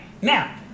Now